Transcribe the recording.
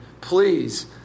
please